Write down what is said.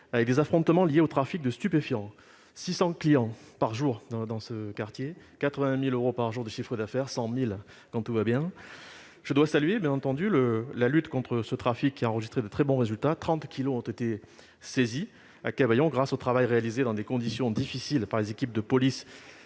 par des affrontements liés au trafic de stupéfiants : 600 clients par jour dans ce quartier, 80 000 euros par jour de chiffre d'affaires, et même 100 000 euros quand tout va bien ! La lutte contre ce trafic a enregistré de très bons résultats, puisque 30 kilos ont été saisis à Cavaillon, grâce au travail réalisé dans des conditions difficiles par les équipes de police,